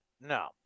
No